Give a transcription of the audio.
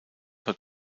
hot